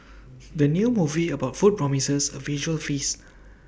the new movie about food promises A visual feast